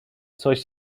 coś